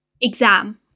exam